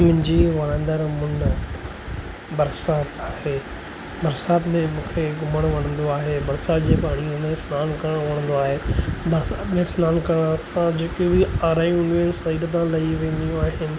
मुंहिंजी वणंदड़ मुंद बरसाति आहे बरसाति में मूंखे घुमणु वणंदो आहे बरसाति जे पाणीअ में सनानु करणु वणंदो आहे बरसाति में सनानु करण सां जेके इहे आराहियूं हूंदियूं आहिनि शरीर सां लही वेंदियूं आहिनि